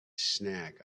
snack